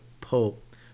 Pope